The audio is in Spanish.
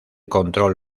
control